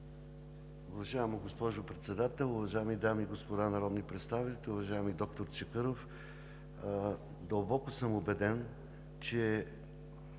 Уважаема госпожо Председател, уважаеми дами и господа народни представители! Уважаеми доктор Чакъров, дълбоко съм убеден, че